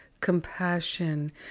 compassion